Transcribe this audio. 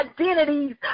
identities